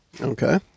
Okay